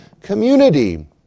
community